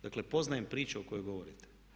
Dakle, poznajem priču o kojoj govorite.